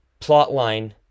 plotline